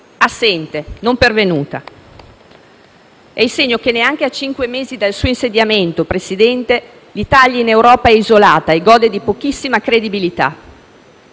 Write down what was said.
Assente, non pervenuta. È il segno che, neanche a cinque mesi dal suo insediamento, presidente Conte, l'Italia in Europa è isolata e gode di pochissima credibilità.